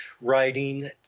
writing